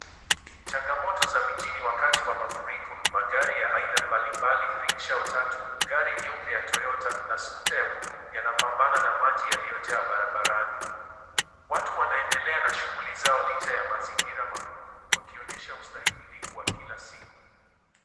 Changamoto za mijini wakati wa mafuriko ni magari ya aina mbalimbali rickshaw tatu, gari nyeupe ya Toyota, na skuta ya buluu yanapambana na maji yaliyojaa barabarani. Watu wanaendelea na shughuli zao licha ya mazingira magumu, wakionyesha ustahimilivu wa kila siku.